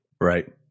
Right